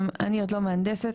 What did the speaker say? אני עוד לא מהנדסת,